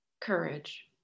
courage